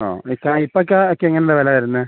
ആ ഈ കയ്പക്കാ എങ്ങനാ വില വരുന്നത്